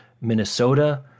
Minnesota